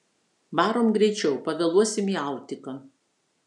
varom greičiau pavėluosim į autiką